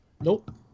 Nope